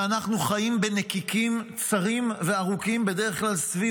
ואנחנו חיים בנקיקים צרים וארוכים בדרך כלל סביב